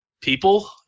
people